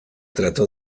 trato